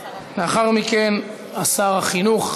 לאחר מכן שר החינוך,